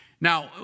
Now